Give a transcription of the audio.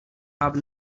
have